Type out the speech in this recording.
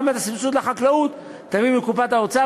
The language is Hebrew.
גם את הסבסוד לחקלאות תביאו מקופת האוצר,